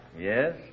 Yes